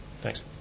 Thanks